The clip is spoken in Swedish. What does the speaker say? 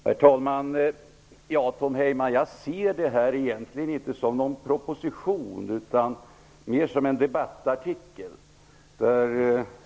Herr talman! Jag ser inte detta som en proposition utan mera som en debattartikel.